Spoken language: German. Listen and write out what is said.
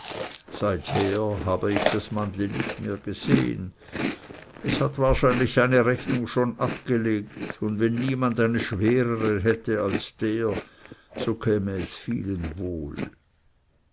seither habe ich das mannli nicht mehr gesehen es hat wahrscheinlich seine rechnung schon abgelegt und wenn niemand eine schwerere hätte als der so käme es vielen wohl